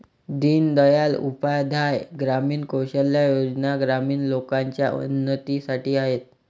दीन दयाल उपाध्याय ग्रामीण कौशल्या योजना ग्रामीण लोकांच्या उन्नतीसाठी आहेत